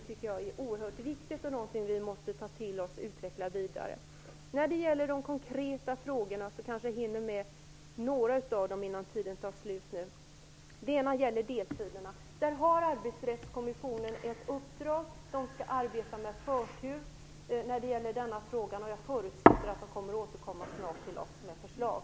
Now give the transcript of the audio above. Det tycker jag är oerhört viktigt. Vi måste ta till oss detta och utveckla det vidare. Jag kanske också hinner med en konkret fråga innan talartiden tar slut. Det gäller deltiderna. Arbetsrättskommissionen har ett uppdrag och skall arbeta med förtur när det gäller denna fråga. Jag förutsätter att de snart återkommer till oss med förslag.